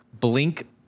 blink